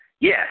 Yes